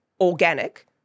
organic